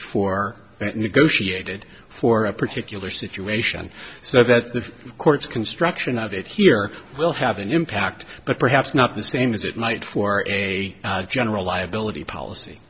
for negotiated for a particular situation so that the courts construction of it here will have an impact but perhaps not the same as it might for a general liability policy